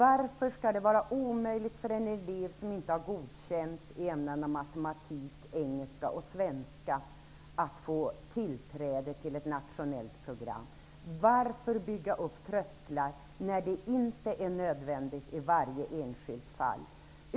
Varför skall det vara omöjligt för en elev som inte har godkänt i ämnena matematik, engelska och svenska att få tillträde till ett nationellt program? Varför skall man bygga upp trösklar när det inte är nödvändigt i varje enskilt fall?